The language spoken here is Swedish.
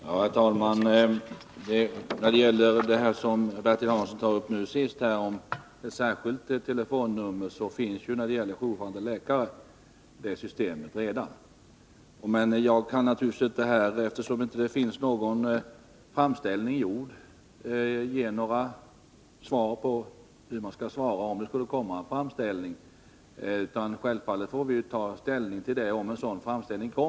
Herr talman! Beträffande det som Bertil Hansson tog upp sist om ett särskilt telefonnummer vill jag säga att det systemet redan finns när det gäller jourhavande läkare. Men eftersom det inte finns någon framställning gjord kan jag naturligtvis inte säga hur vi kommer att svara om en sådan framställning kommer. Om så sker får vi självfallet ta ställning till framställningen då.